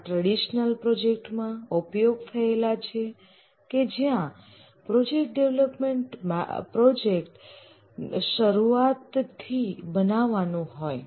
આ ટ્રેડિશનલ પ્રોજેક્ટમાં ઉપયોગ થયેલા છે કે જ્યાં પ્રોડક્ટ ડેવલપમેન્ટ પ્રોજેક્ટ શરૂઆતથી બનાવવાનું હોય